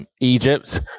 egypt